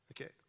Okay